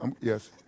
Yes